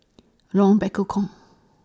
Lorong Bekukong